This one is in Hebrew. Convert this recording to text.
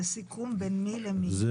זה סיכום בין מי למי?